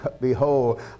Behold